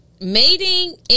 Mating